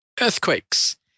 earthquakes